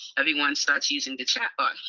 everyone starts using the chat bot.